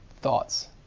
thoughts